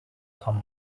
come